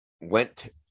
went